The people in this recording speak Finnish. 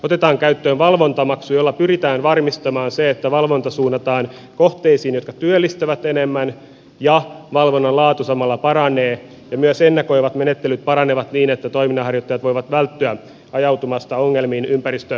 otetaan käyttöön valvontamaksu jolla pyritään varmistamaan se että valvonta suunnataan kohteisiin jotka työllistävät enemmän ja valvonnan laatu samalla paranee ja myös ennakoivat menettelyt paranevat niin että toiminnanharjoittajat voivat välttyä ajautumasta ongelmiin ympäristövaateiden kanssa